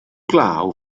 glaw